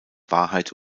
wahrheit